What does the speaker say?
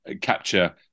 capture